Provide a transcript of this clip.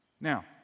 Now